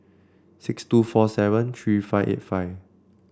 six two four seven three five eight five